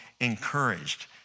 encouraged